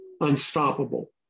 unstoppable